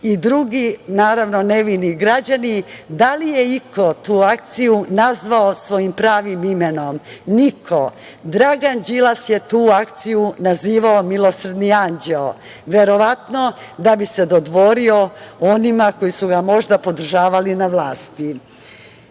i drugi nevini građani, da li je iko tu akciju nazvao svojim pravim imenom? Niko. Dragan Đilas je tu akciju nazivao – Milosrdni anđeo, to verovatno da bi se dodvorio onima koji su ga možda podržavali na vlasti. Na